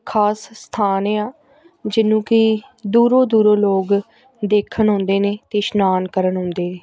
ਖ਼ਾਸ ਸਥਾਨ ਆ ਜਿਹਨੂੰ ਕਿ ਦੂਰੋਂ ਦੂਰੋਂ ਲੋਕ ਦੇਖਣ ਆਉਂਦੇ ਨੇ ਅਤੇ ਇਸ਼ਨਾਨ ਕਰਨ ਆਉਂਦੇ ਨੇ